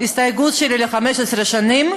ההסתייגות שלי ל-15 שנים.